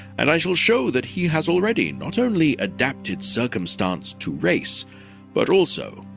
and i shall show that he has already not only adapted circumstance to race but also,